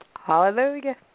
Hallelujah